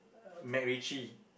MacRitchie